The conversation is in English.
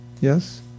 yes